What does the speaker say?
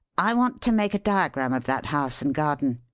i want to make a diagram of that house and garden.